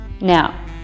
Now